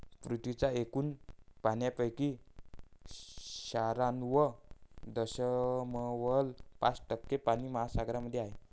पृथ्वीच्या एकूण पाण्यापैकी शहाण्णव दशमलव पाच टक्के पाणी महासागरांमध्ये आहे